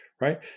right